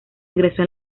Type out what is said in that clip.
ingresó